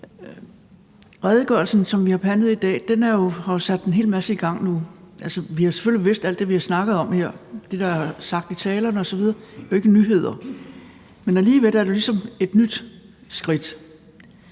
Redegørelsen, som vi har behandlet i dag, har jo sat en hel masse i gang nu. Vi har selvfølgelig vidst alt det, vi har snakket om her, det, der er sagt i talerne osv. – det er jo ikke nyheder. Men alligevel er det ligesom et nyt skridt.